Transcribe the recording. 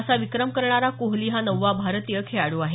असा विक्रम करणारा कोहली हा नववा भारतीय खेळाड्र आहे